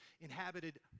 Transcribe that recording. inhabited